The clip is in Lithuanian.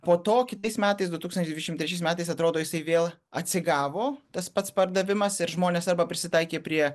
po to kitais metais du tūkstančiai dvidešim trečiais metais atrodo jisai vėl atsigavo tas pats pardavimas ir žmonės arba prisitaikė prie